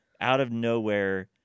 out-of-nowhere